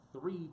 three